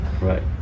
Right